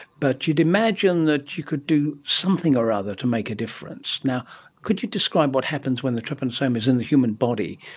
but you'd imagine that you could do something or other to make a difference. could you describe what happens when the trypanosome is in the human body?